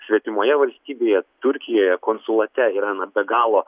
svetimoje valstybėje turkijoje konsulate yra na be galo